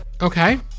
Okay